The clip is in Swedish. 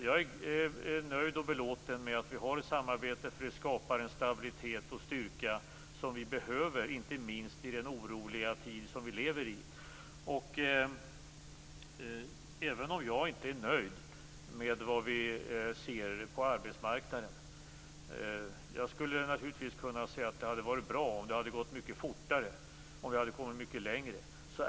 Jag är nöjd och belåten med att vi har ett samarbete, för det skapar en stabilitet och en styrka som vi behöver, inte minst i den oroliga tid som vi lever i, även om jag inte är nöjd med vad vi ser på arbetsmarknaden. Jag skulle naturligtvis kunna säga att det hade varit bra om det hade gått mycket fortare och om vi hade kommit mycket längre.